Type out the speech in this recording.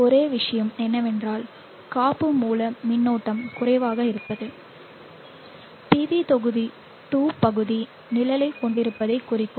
ஒரே விஷயம் என்னவென்றால் காப்பு மூல மின்னோட்டம் குறைவாக இருப்பது PV தொகுதி 2 பகுதி நிழலைக் கொண்டிருப்பதைக் குறிக்கும்